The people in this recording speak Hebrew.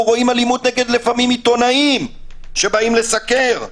רואים אלימות לפעמים נגד עיתונאים שבאים לסקר.